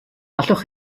allwch